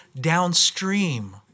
downstream